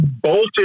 bolted